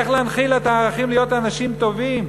איך להנחיל את הערכים להיות אנשים טובים.